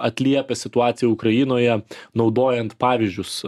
atliepia situaciją ukrainoje naudojant pavyzdžius